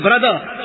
brother